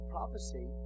Prophecy